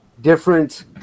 different